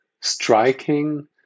striking